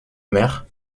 mer